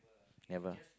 never